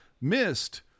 missed